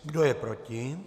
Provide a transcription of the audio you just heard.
Kdo je proti?